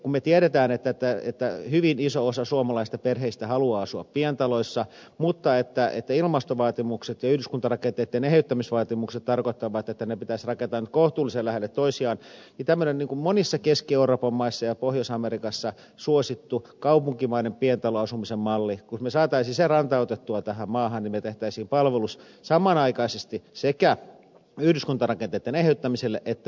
kun me tiedämme että hyvin iso osa suomalaisista perheistä haluaa asua pientaloissa mutta ilmastovaatimukset ja yhdyskuntarakenteitten eheyttämisvaatimukset tarkoittavat että ne pitäisi rakentaa nyt kohtuullisen lähelle toisiaan niin jos me saisimme tämmöisen niin kuin monissa keski euroopan maissa ja pohjois amerikassa se on suosittua kaupunkimaisen pientaloasumisen mallin rantautettua tähän maahan me tekisimme palveluksen samanaikaisesti sekä yhdyskuntarakenteitten eheyttämiselle että myös puurakentamiselle